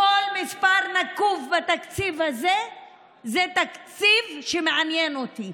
כל מספר נקוב בתקציב הזה הוא תקציב שמעניין אותי